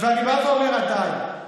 ואני בא ואומר עדיין,